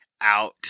out